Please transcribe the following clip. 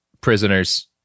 prisoners